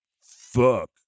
fuck